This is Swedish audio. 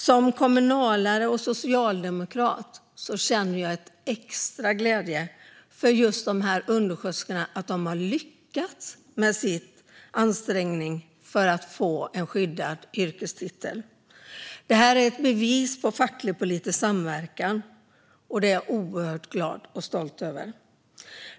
Som kommunalare och socialdemokrat känner jag extra glädje över att undersköterskorna har lyckats med sin ansträngning för att få en skyddad yrkestitel. Det är ett bevis på facklig-politisk samverkan, och det är jag oerhört glad och stolt över.